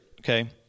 okay